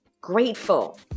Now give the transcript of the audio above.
Grateful